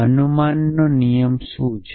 અનુમાનનો નિયમ શું છે